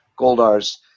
Goldar's